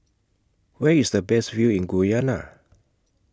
Where IS The Best View in Guyana